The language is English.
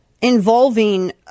involving